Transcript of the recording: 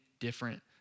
different